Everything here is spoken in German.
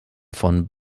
von